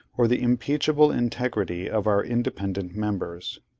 or, the unimpeachable integrity of our independent members.